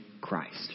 Christ